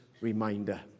reminder